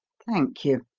thank you!